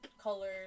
color's